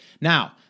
Now